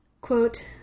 Quote